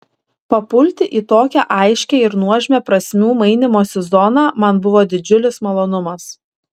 papulti į tokią aiškią ir nuožmią prasmių mainymosi zoną man buvo didžiulis malonumas